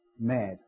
Mad